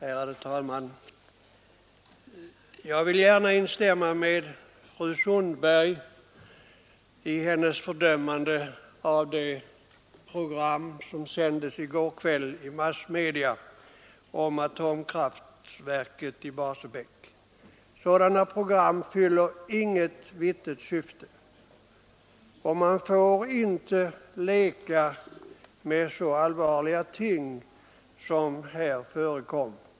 Ärade talman! Jag vill gärna instämma med fru Sundberg i hennes fördömande av det program som sändes i går kväll i radio om atomkraftverket i Barsebäck. Sådana program fyller inget vettigt syfte, och man får inte leka med så allvarliga ting som man gjorde där.